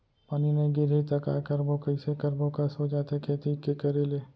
पानी नई गिरही त काय करबो, कइसे करबो कस हो जाथे खेती के करे ले